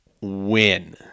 win